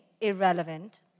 irrelevant